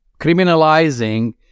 criminalizing